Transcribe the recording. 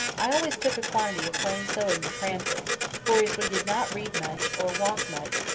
i always took a quantity of plain sewing to cranford for, as we did not read much, or walk much,